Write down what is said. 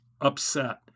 upset